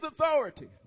authority